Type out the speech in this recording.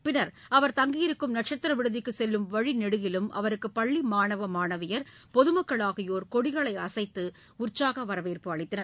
பிள்ளர் அவர் தங்கியிருக்கும் நட்சத்திரவிடுதிக்குசெல்லும் வழிநெடுகிலும் அவருக்குபள்ளிமாணவ மாணவிகள் பொதுமக்கள் ஆகியோர் கொடிகளைஅசைத்துஉற்சாகவரவேற்பு அளித்தனர்